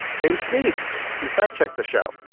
james sneed he fact-checked the show.